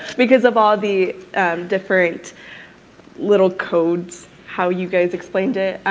because of all the different little codes, how you guys explained it,